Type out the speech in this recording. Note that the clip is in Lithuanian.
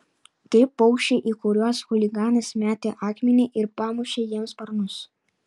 kaip paukščiai į kuriuos chuliganas metė akmenį ir pamušė jiems sparnus